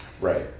Right